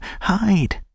hide